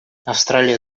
австралия